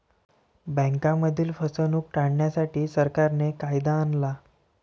बँकांमधील फसवणूक टाळण्यासाठी, सरकारने कायदा आणला